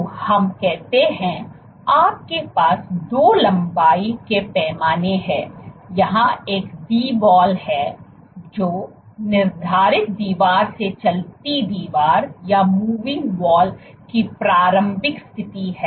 तो हम कहते हैं आपके पास दो लंबाई के पैमाने हैं यहां एक Dwall है जो निर्धारित दीवार से चलती दीवार की प्रारंभिक स्थिति है